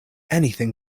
anything